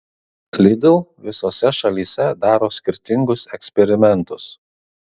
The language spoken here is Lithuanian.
lidl visose šalyse daro skirtingus eksperimentus